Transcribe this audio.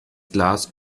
glas